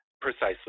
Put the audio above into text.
Precisely